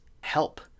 help